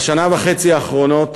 בשנה וחצי האחרונות,